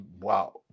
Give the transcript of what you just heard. wow